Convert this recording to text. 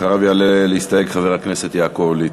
אחריו יעלה להסתייג חבר הכנסת יעקב ליצמן.